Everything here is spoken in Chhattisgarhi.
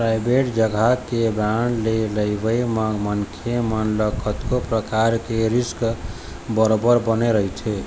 पराइबेट जघा के बांड के लेवई म मनखे मन ल कतको परकार के रिस्क बरोबर बने रहिथे